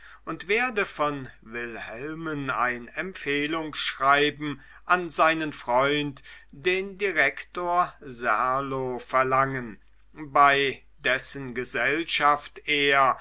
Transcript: und werde von wilhelmen ein empfehlungsschreiben an seinen freund den direktor serlo verlangen bei dessen gesellschaft er